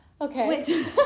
Okay